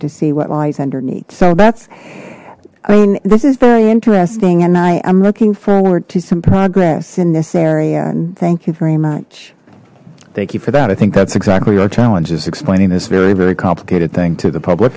to see what lies underneath so that's i mean this is very interesting and i am looking forward to some progress in this area and thank you very much thank you for that i think that's exactly our challenge is explaining this very very complicated thing to the public